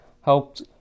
helped